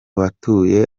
batuye